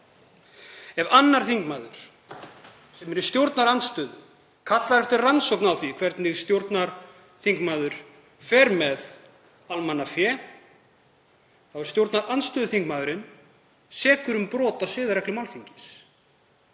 Ef annar þingmaður sem er í stjórnarandstöðu kallaði eftir rannsókn á því hvernig stjórnarþingmaður fer með almannafé þá er stjórnarandstöðuþingmaðurinn sekur um brot á siðareglum Alþingis.